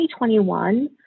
2021